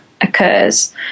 occurs